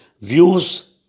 views